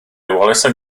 wallace